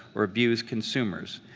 or abuse consumers,